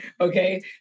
okay